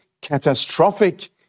catastrophic